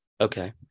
okay